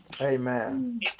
amen